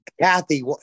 Kathy